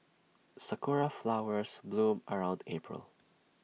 Sakura Flowers bloom around April